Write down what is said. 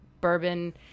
bourbon